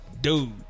Dude